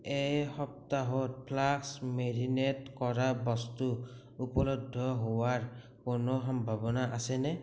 এই সপ্তাহত ফ্লাস্ক মেৰিনে কৰা বস্তু উপলব্ধ হোৱাৰ কোনো সম্ভাৱনা আছেনে